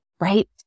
Right